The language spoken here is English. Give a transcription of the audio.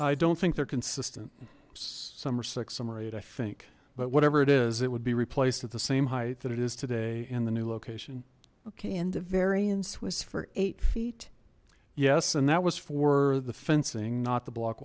i don't think they're consistent summer six summer eight i think but whatever it is it would be replaced at the same height that it is today in the new location okay and the variance was for eight feet yes and that was for the fencing not the block